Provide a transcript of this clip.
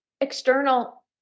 external